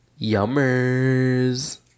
Yummers